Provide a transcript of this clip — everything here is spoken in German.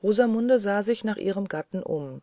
rosamunde sah sich nach ihrem gatten um